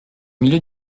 milieu